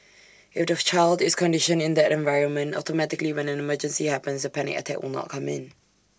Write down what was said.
if the of child is conditioned in that environment automatically when an emergency happens the panic attack will not come in